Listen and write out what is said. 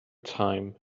time